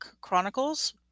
Chronicles